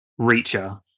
Reacher